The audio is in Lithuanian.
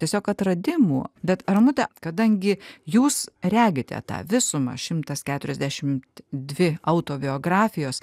tiesiog atradimų bet ramute kadangi jūs regite tą visumą šimtas keturiasdešimt dvi autobiografijos